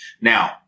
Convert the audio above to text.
Now